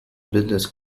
business